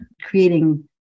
creating